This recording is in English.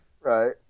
right